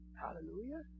Hallelujah